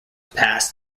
pass